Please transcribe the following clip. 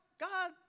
God